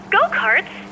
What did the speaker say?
Go-karts